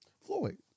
Floyd